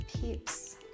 peeps